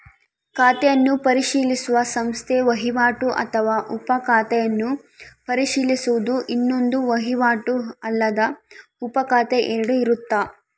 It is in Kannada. ಖಾತೆಯನ್ನು ಪರಿಶೀಲಿಸುವ ಸಂಸ್ಥೆ ವಹಿವಾಟು ಅಥವಾ ಉಪ ಖಾತೆಯನ್ನು ಪರಿಶೀಲಿಸುವುದು ಇನ್ನೊಂದು ವಹಿವಾಟು ಅಲ್ಲದ ಉಪಖಾತೆ ಎರಡು ಇರುತ್ತ